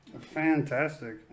fantastic